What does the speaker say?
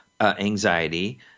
anxiety